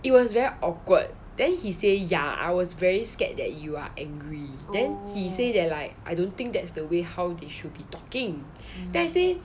it was very awkward then he say ya I was very scared that you are angry then he say that like I don't think that's the way how they should be talking then I say